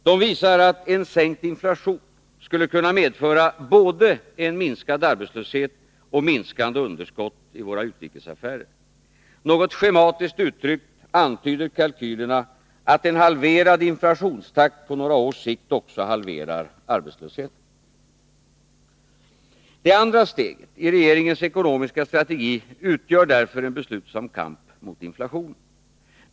De visar att en sänkt inflation skulle kunna medföra både en minskad arbetslöshet och minskande underskott i våra utrikesaffärer. Något schematiskt uttryckt antyder kalkylerna att en halverad inflationstakt på några års sikt också halverar arbetslösheten. Det andra steget i regeringens ekonomiska strategi utgör därför en beslutsam kamp mot inflationen.